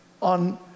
on